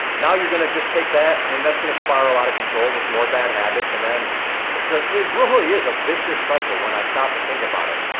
now you're gonna just take that, and that's gonna spiral out of control with more bad habits and then ah it really is a vicious cycle when i stop and think about it.